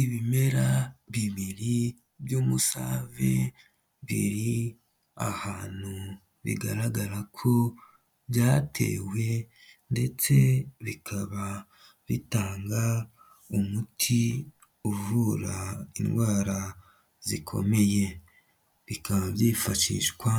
Ibimera bibiri by'umusave biri ahantu bigaragara ko byatewe ndetse bikaba bitanga umuti uvura indwara zikomeye, bikaba byifashishwa